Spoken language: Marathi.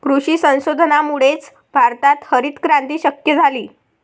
कृषी संशोधनामुळेच भारतात हरितक्रांती शक्य झाली